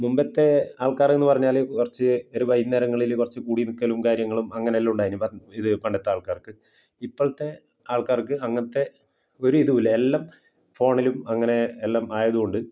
മുമ്പത്തെ ആൾക്കാരെന്ന് പറഞ്ഞാല് കുറച്ച് വൈകുന്നേരങ്ങളില് കുറച്ച് കൂടി നില്ക്കലും കാര്യങ്ങളും അങ്ങനെയെല്ലാം ഉണ്ടായിരുന്നു ഇത് പണ്ടത്തെ ആൾക്കാർക്ക് ഇപ്പഴത്തെ ആൾക്കാർക്ക് അങ്ങനെയുള്ള ഒരു ഇതുമില്ല എല്ലാം ഫോണിലും അങ്ങനെ എല്ലാം ആയതുകൊണ്ട്